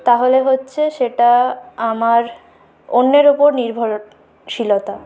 তাহলে হচ্ছে সেটা আমার অন্যের ওপর নির্ভরশীলতা